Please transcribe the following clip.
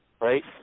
right